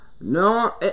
No